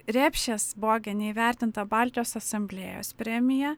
repšės bogenė įvertinta baltijos asamblėjos premija